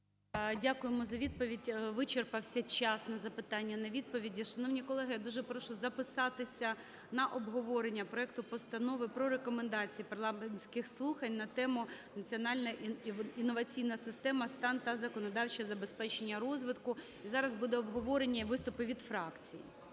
Дякуємо за відповідь. Вичерпався час на запитання, на відповіді. Шановні колеги, дуже прошу записатися на обговорення проекту Постанови про рекомендації парламентських слухань на тему: "Національна інноваційна система: стан та законодавче забезпечення розвитку". Зараз буде обговорення і виступи від фракцій.